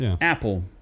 Apple